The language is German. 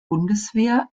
bundeswehr